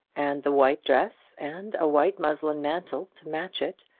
and the white dress, and a white muslin mantle to match it,